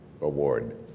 Award